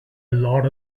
lot